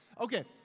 Okay